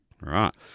Right